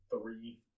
three